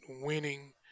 winning